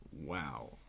Wow